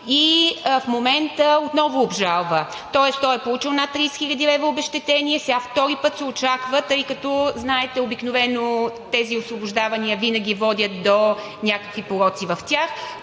и в момента отново обжалва. Тоест той е получил над 30 хил. лв. обезщетение, сега втори път се очаква, тъй като знаете, че обикновено тези освобождавания винаги водят до някакви пороци в тях,